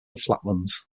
flatlands